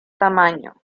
tamaño